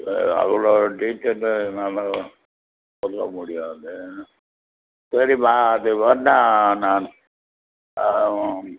சரி அவ்வளோ டீடெயில்லு என்னால் சொல்ல முடியாது சரிமா அது வேண்ணால் நான்